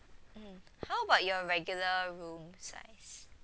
mm how about your regular room size